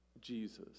Jesus